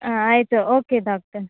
ಹಾಂ ಆಯಿತು okay doctor